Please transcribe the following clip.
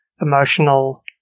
emotional